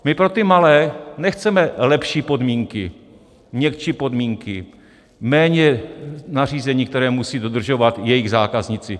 My pro ty malé nechceme lepší podmínky, měkčí podmínky, méně nařízení, která musí dodržovat jejich zákazníci.